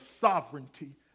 sovereignty